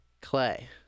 Clay